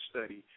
study